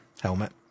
helmet